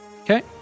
Okay